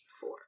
Four